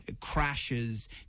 crashes